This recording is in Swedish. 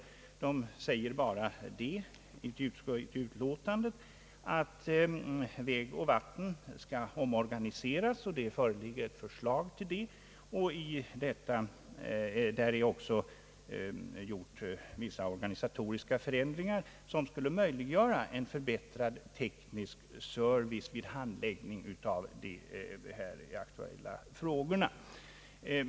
Utskottet säger bara i sitt utlåtande att vägoch vattenbyggnadsstyrelsen skall omorganiseras enligt ett förslag härom, Det sägs också att vissa organisatoriska förändringar möjliggör en förbättrad teknisk service vid handläggningen av de här aktuella frågorna.